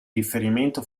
riferimento